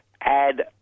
add